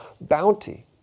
bounty